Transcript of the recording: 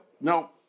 No